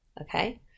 okay